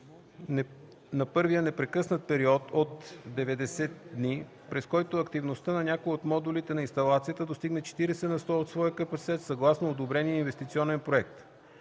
на първия непрекъснат период от 90 дни, през който активността на някой от модулите на инсталацията достигне 40 на сто от своя капацитет съгласно одобрения инвестиционен проект.